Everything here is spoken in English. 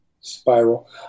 spiral